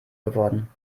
geworden